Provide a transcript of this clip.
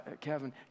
Kevin